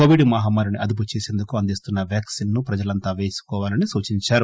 Covid మహమ్మారిని అదుపుచేసేందుకు అందిస్తున్న వాక్సిన్ ను ప్రజలంతా పేసుకోవాలని సూచించారు